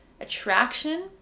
attraction